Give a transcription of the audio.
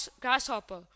grasshopper